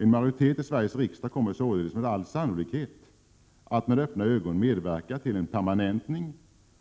En majoritet i Sveriges riksdag kommer således med all sannolikhet att med öppna ögon medverka till en permanentning